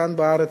כאן בארץ,